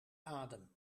adem